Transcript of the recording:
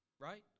Right